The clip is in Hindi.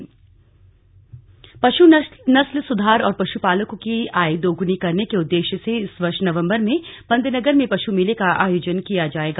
पशु मेला पशु नस्ल सुधार और पशुपालकों की आय दोगुनी करने के उद्देश्य से इस वर्ष नवम्बर में पन्तनगर में पशु मेले का आयोजन किया जाएगा